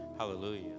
Hallelujah